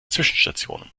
zwischenstationen